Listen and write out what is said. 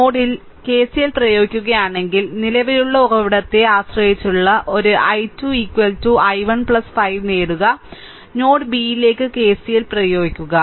നോഡിൽ കെസിഎൽ പ്രയോഗിക്കുകയാണെങ്കിൽ നിലവിലുള്ള ഉറവിടത്തെ ആശ്രയിച്ചുള്ള ഒരു I2 I1 5 നേടുക നോഡ് b യിലേക്ക് കെസിഎൽ പ്രയോഗിക്കുക